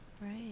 right